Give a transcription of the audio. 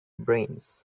brains